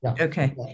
Okay